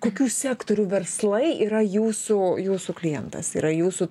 kokių sektorių verslai yra jūsų jūsų klientas yra jūsų